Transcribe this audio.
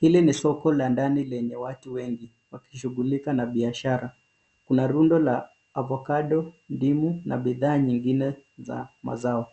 Hili ni soko la ndani lenye watu wengi wakishughulika na biashara, kuna rundo la avocado, ndimu na bidhaa nyingine za mazao.